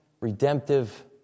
redemptive